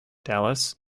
dallas